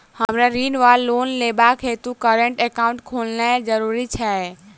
हमरा ऋण वा लोन लेबाक हेतु करेन्ट एकाउंट खोलेनैय जरूरी छै?